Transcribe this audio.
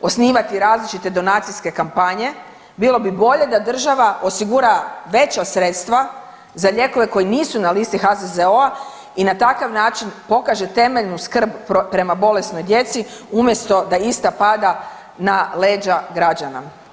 osnivati različite donacijske kampanje bilo bi bolje da država osigura veća sredstva za lijekove koji nisu na listi HZZO-a i na takav način pokaže temeljnu skrb prema bolesnoj djeci umjesto da ista pada na leđa građana.